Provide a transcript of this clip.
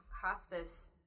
hospice